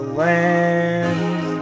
land